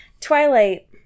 Twilight